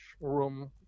room